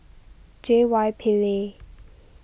J Y Pillay